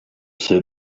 say